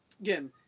again